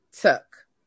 took